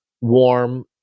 warm